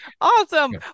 Awesome